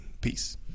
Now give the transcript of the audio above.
Peace